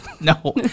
no